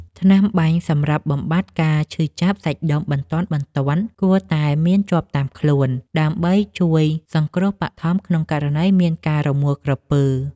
ថ្នាំបាញ់សម្រាប់បំបាត់ការឈឺចាប់សាច់ដុំបន្ទាន់ៗ គួរតែមានជាប់តាមខ្លួន ដើម្បីជួយសង្គ្រោះបឋមក្នុងករណីមានអាការរមួលក្រពើ។